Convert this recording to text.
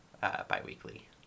bi-weekly